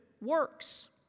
works